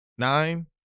Nine